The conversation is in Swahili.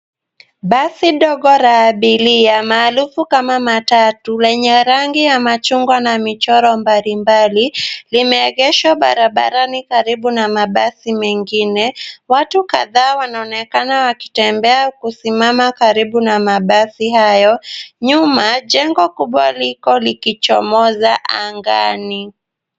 Basi ndogo la abiria maarufu kama matatu lenye rangi ya machungwa na michoro mbalimbali, limeegeshwa barabarani karibu na mabasi mengine, watu kadhaa wanaonekana wakitembea au kusimama karibu na mabasi hayo, nyuma jengo kubwa liko likichomoza angani.